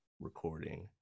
recording